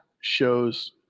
shows